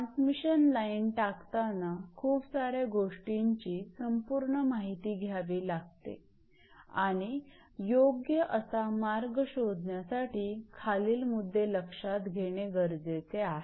transmission line टाकताना खूप सार्या गोष्टींची संपूर्ण माहिती घ्यावी लागते आणि योग्य असा मार्ग शोधण्यासाठी खालील मुद्दे लक्षात घेणे गरजेचे आहे